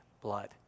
blood